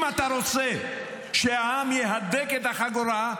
אם אתה רוצה שהעם יהדק את החגורה,